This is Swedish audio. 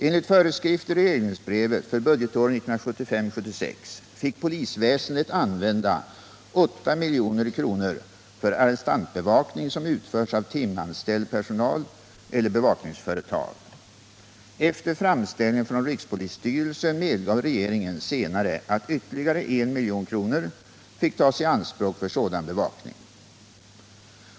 Enligt föreskrifter i regleringsbrevet för budgetåret 1975/76 fick polisväsendet använda 8 milj.kr. för arrestantbevakning som utförs av timanställd personal eller bevakningsföretag. Efter framställning från rikspolisstyrelsen medgav regeringen senare att ytterligare 1 milj.kr. fick tas i anspråk för sådan bevakning.